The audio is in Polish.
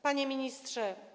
Panie Ministrze!